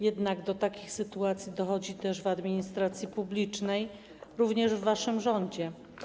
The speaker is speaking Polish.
Jednak do takich sytuacji dochodzi też w administracji publicznej, również w waszym rządzie.